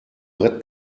brett